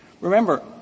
Remember